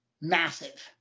massive